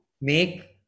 make